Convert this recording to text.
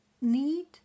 need